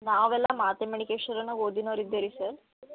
ನಾವೆಲ್ಲ ಮಾತಿನ ಓದಿನವ್ರು ಇದ್ದೆವೆ ರೀ ಸರ್